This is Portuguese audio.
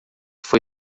foi